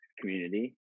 community